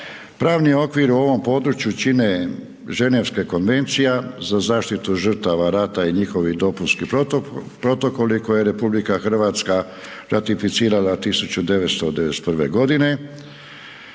Pravni okvir u ovom području čine Ženevska konvencija za zaštitu žrtava rata i njihovih dopunski protokoli, koje RH, ratificirala 1991. g.